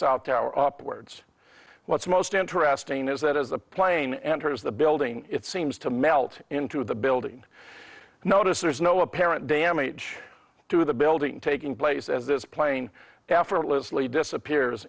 south tower upwards what's most interesting is that as the plane enters the building it seems to melt into the building notice there's no apparent damage to the building taking place as this plane effortlessly disappears